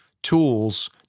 tools